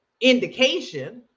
indication